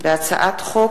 חוק